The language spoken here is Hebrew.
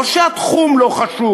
לא שהתחום לא חשוב,